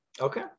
Okay